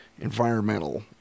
environmental